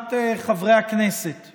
כהונת חברי הכנסת